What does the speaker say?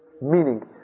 Meaning